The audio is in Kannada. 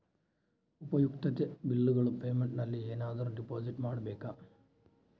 ಉಪಯುಕ್ತತೆ ಬಿಲ್ಲುಗಳ ಪೇಮೆಂಟ್ ನಲ್ಲಿ ಏನಾದರೂ ಡಿಪಾಸಿಟ್ ಮಾಡಬೇಕಾ?